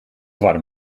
warm